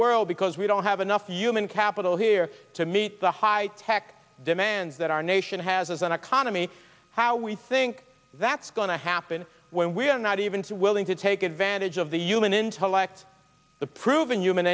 world because we don't have enough human capital here to meet the high tech demands that our nation has as an economy how we think that's going to happen when we are not even willing to take advantage of the human intellect the proven human